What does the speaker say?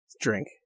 Drink